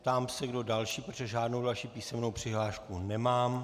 Ptám se, kdo další, protože žádnou další písemnou přihlášku nemám.